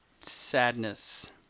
sadness